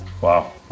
Wow